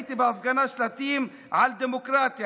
ראיתי בהפגנה שלטים על דמוקרטיה,